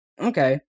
Okay